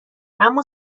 اما